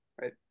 right